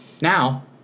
Now